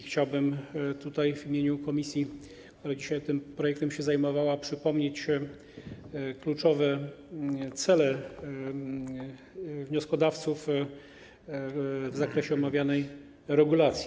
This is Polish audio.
Chciałbym w imieniu komisji, która dzisiaj tym projektem się zajmowała, przypomnieć kluczowe cele wnioskodawców w zakresie omawianej regulacji.